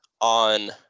on